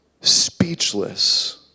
speechless